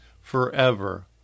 forever